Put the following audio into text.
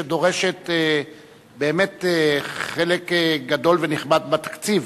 שדורשת באמת חלק גדול ונכבד מהתקציב.